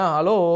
Hello